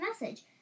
message